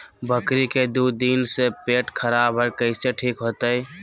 बकरी के दू दिन से पेट खराब है, कैसे ठीक होतैय?